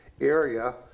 area